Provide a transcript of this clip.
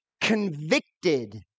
convicted